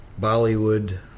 Bollywood